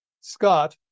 Scott